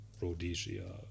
Rhodesia